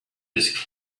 his